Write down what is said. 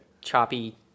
choppy